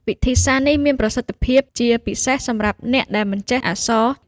វិធីសាស្ត្រនេះមានប្រសិទ្ធភាពជាពិសេសសម្រាប់អ្នកដែលមិនចេះអក្សរ ។